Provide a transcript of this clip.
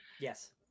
Yes